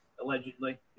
Allegedly